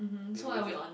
ya he doesn't